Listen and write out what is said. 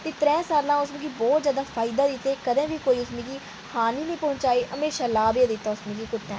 ते त्र'ऊ सालें च ओह्स मिगी बहुत जैदा फायदा दित्ता ते कदें बी हानि नीं पहुंचाई हमेशा लाभ गै दित्ता उस कुत्तै